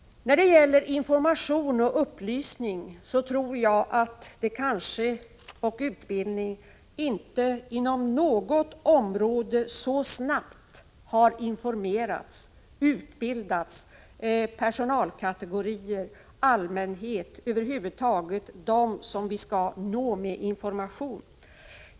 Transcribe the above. När det gäller information, utbildning och upplysning tror jag inte att vi inom något område så snabbt har utbildat personalkategorier, informerat allmänheten och över huvud taget alla dem som vi skall nå med information.